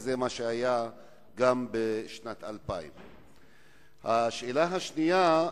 וזה מה שהיה גם בשנת 2000. שאלה שנייה,